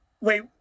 Wait